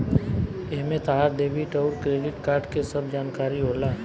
एमे तहार डेबिट अउर क्रेडित कार्ड के सब जानकारी होला